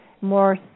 more